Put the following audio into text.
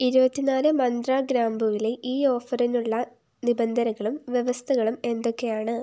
ഇരുപത്തി നാല് മന്ത്ര ഗ്രാമ്പൂവിലെ ഈ ഓഫറിനുള്ള നിബന്ധനകളും വ്യവസ്ഥകളും എന്തൊക്കെയാണ്